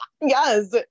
yes